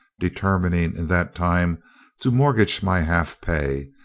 determining in that time to mortgage my half pay,